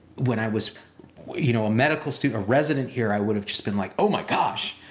when i was you know a medical student, a resident here, i would have just been like, oh my gosh,